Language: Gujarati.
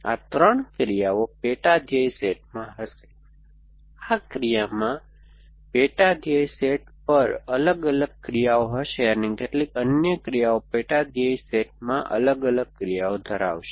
આ ત્રણ ક્રિયાઓ પેટા ધ્યેય સેટમાં હશે આ ક્રિયામાં પેટા ધ્યેય સેટ પર અલગ અલગ ક્રિયાઓ હશે કેટલીક અન્ય ક્રિયાઓ પેટા ધ્યેય સેટમાં અલગ અલગ ક્રિયાઓ ધરાવશે